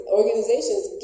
organizations